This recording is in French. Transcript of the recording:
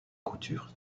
couture